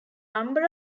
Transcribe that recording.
number